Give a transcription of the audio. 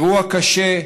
אירוע קשה,